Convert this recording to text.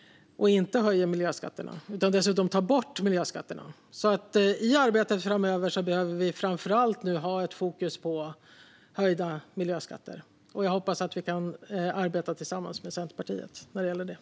Man höjer inte miljöskatterna, utan dessutom tar man bort dem. I arbetet framöver behöver vi framför allt ha fokus på höjda miljöskatter. Jag hoppas att vi kan arbeta tillsammans med Centerpartiet när det gäller detta.